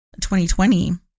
2020